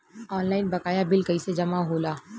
Online बकाया bill कैसे जमा होला?